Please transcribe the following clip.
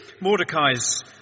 Mordecai's